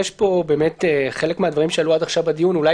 באמת חלק מהדברים שעלו עד עכשיו בדיון אולי